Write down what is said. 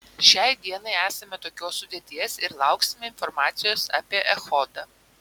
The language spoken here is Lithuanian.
šiai dienai esame tokios sudėties ir lauksime informacijos apie echodą